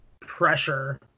pressure